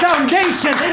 foundation